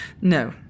No